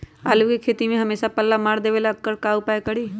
आलू के खेती में हमेसा पल्ला मार देवे ला का उपाय करी?